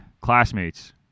classmates